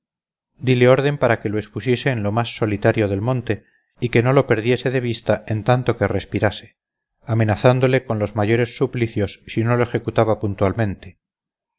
dile orden para que la expusiese en lo más solitario del monte y que no la perdiese de vista en tanto que respirase amenazándole con los mayores suplicios si no lo ejecutaba puntualmente